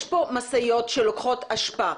יש פה משאיות שלוקחות אשפה.